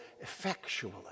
effectually